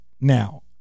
Now